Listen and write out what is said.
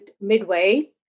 midway